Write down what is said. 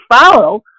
follow